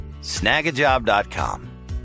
Snagajob.com